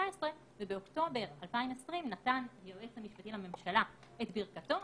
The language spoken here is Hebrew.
ובאוקטובר 2020 נתן היועץ המשפטי לממשלה את ברכתו,